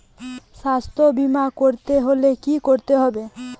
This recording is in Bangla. স্বাস্থ্যবীমা করতে হলে কি করতে হবে?